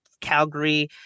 Calgary